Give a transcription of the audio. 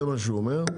זה מה שהוא אומר.